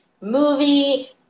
movie